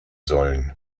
sollen